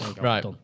Right